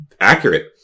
accurate